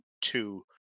two